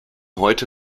heute